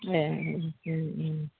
एह उम उम